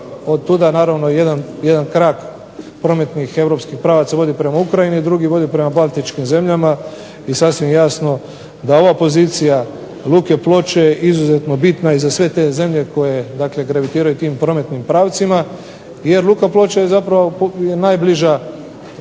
i otuda naravno jedan krak prometnih europskih pravaca vodi prema Ukrajini, a drugi vodi prema Baltičkim zemljama. I sasvim je jasno da ova pozicija luke Ploče izuzetno bitna je za sve te zemlje koje dakle gravitiraju tim prometnim pravcima. Jer luka Ploče je zapravo najbliža